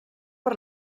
per